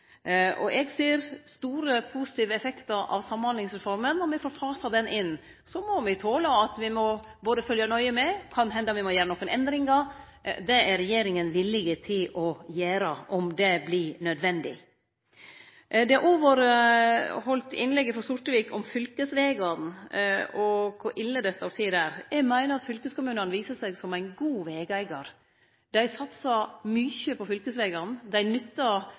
Eg ser store positive effektar av Samhandlingsreforma, og me får fase ho inn. Så må me tole at me må følgje nøye med. Det kan hende me må gjere nokre endringar, det er regjeringa villig til å gjere om det vert nødvendig. Så til innlegget som Sortevik heldt tidlegare om fylkesvegane, og kor ille det står til der. Eg meiner at fylkeskommunane viser seg som gode vegeigarar. Dei satsar mykje på fylkesvegane. Dei nyttar